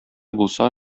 булса